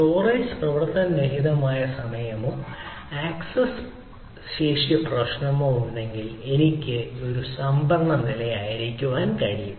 storage പ്രവർത്തനരഹിതമായ സമയമോ access ശേഷി പ്രശ്നമോ ഉണ്ടെങ്കിൽ എനിക്ക് ഒരു സംഭരണ നിലയായിരിക്കാൻ കഴിയും